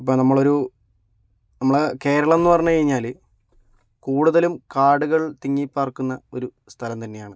ഇപ്പം നമ്മളൊരു നമ്മുടെ കേരളം എന്ന് പറഞ്ഞ് കഴിഞ്ഞാല് കൂടുതലും കാടുകൾ തിങ്ങി പാർക്കുന്ന ഒരു സ്ഥലം തന്നെയാണ്